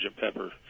Pepper